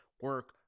Work